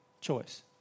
choice